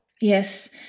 Yes